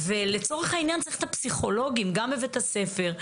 ולצורך העניין צריך את הפסיכולוגים גם בבית הספר,